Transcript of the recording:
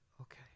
okay